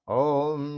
om